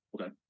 Okay